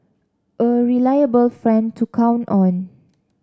a reliable friend to count on